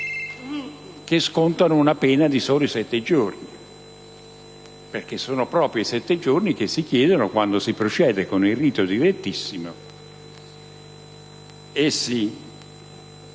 che scontano una pena di soli sette giorni perché sono proprio i sette giorni che si chiedono quando si procede con il rito direttissimo e si